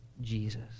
Jesus